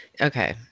okay